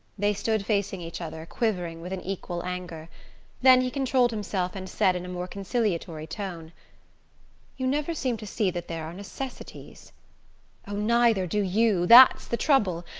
they stood facing each other, quivering with an equal anger then he controlled himself and said in a more conciliatory tone you never seem to see that there are necessities oh, neither do you that's the trouble.